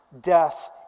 death